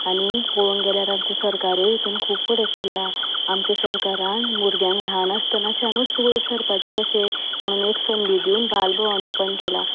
आनी पळोवंक गेल्यार आमचें सरकारूय इतून खूब फुडें सरलां आमचे सरकारान भुरग्यांक ल्हान आसतनाच्यानूच वयर सरपाचें कशें म्हणून एक संदी दिवूंक बाल भवन ऑपन केलां